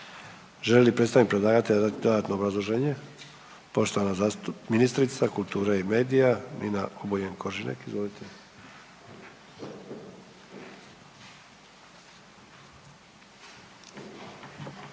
Želi li predstavnik predlagatelja dati dodatno obrazloženje? Poštovana ministrica kulture i medije Nina Obuljen Koržinek. Izvolite.